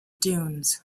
dunes